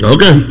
Okay